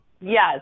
Yes